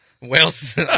Wales